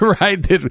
Right